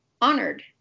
honored